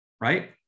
right